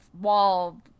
wall